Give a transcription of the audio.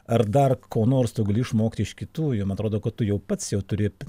ar dar ko nors tu gali išmokti iš kitų jum atrodo kad tu jau pats jau turi